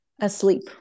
asleep